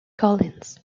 collins